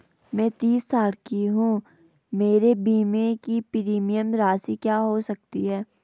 मैं तीस साल की हूँ मेरे बीमे की प्रीमियम राशि क्या हो सकती है?